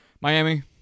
Miami